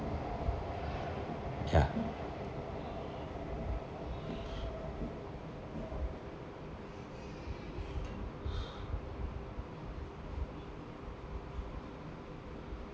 ya